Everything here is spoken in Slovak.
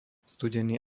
studený